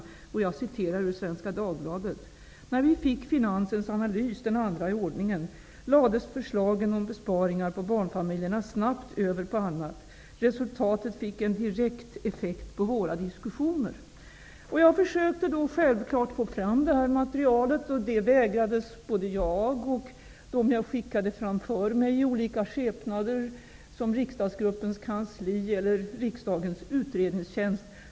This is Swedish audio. Olof Johansson uttalade i Svenska Dagbladet att när regeringen fick finansens analys -- den andra i ordningen -- lades förslagen om besparingar på barnfamiljerna snabbt över på annat. Resultatet fick en direkt effekt på diskussionerna. Jag har självklart försökt att få fram detta material. Detta ha vägrats både mig och dem jag har skickat framför mig i olika skepnader -- riksdagsgruppens kansli och riksdagens utredningstjänst.